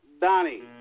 Donnie